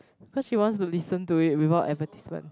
cause she wants to listen to it without advertisement